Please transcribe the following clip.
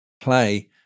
play